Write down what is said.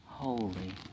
holy